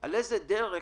על דרך